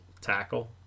tackle